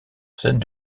scènes